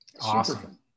Awesome